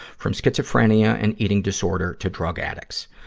from schizophrenia and eating disorder to drug addicts.